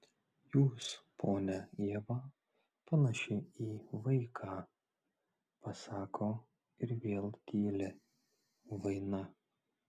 jūs ponia ieva panaši į vaiką pasako ir vėl tyli vaina